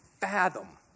fathom